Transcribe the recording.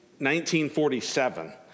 1947